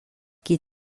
qui